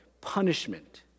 punishment